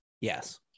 Yes